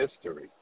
history